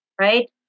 right